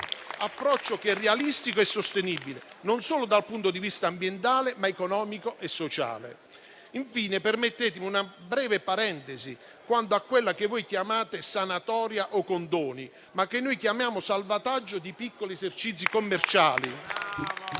Approccio che è realistico e sostenibile non solo dal punto di vista ambientale, ma economico e sociale. Infine, permettetemi una breve parentesi: quella che voi chiamate sanatoria o condono, noi la chiamiamo salvataggio di piccoli esercizi commerciali.